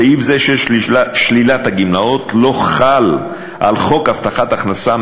סעיף זה של שלילת הגמלאות לא חל על חוק הבטחת הכנסה,